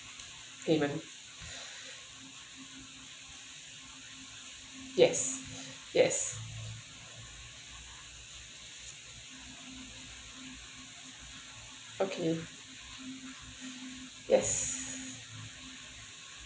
payment yes yes okay yes